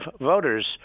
voters